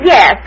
Yes